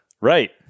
Right